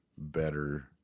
better